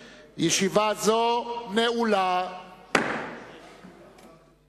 של חברי הכנסת עפו אגבאריה וחנין זועבי.